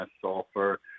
sulfur